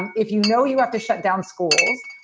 and if, you know, you have to shut down schools,